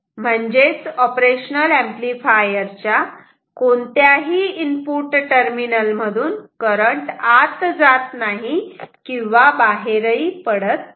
2 म्हणजेच operational amplifier च्या कोणत्याही ही इनपुट टर्मिनल मधून करंट आत जात नाही किंवा बाहेरही पडत नाही